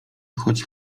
choć